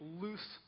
loose